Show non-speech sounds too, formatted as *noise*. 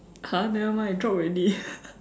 !huh! nevermind drop already *breath*